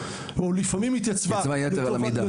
--- לפעמים התייצבה יתר על המידה.